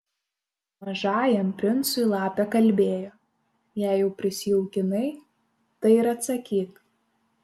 mažajam princui lapė kalbėjo jei jau prisijaukinai tai ir atsakyk